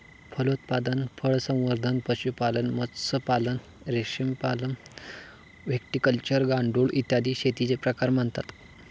फलोत्पादन, फळसंवर्धन, पशुपालन, मत्स्यपालन, रेशीमपालन, व्हिटिकल्चर, गांडूळ, इत्यादी शेतीचे प्रकार मानतात